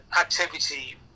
activity